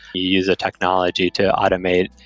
you use the technology to automate,